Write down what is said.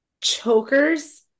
chokers